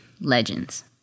legends